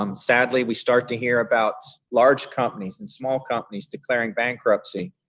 um sadly, we start to hear about large companies and small companies declaring bankruptcy.